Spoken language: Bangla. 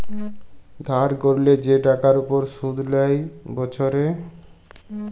ধার ক্যরলে যে টাকার উপর শুধ লেই বসরে